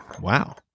wow